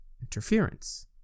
interference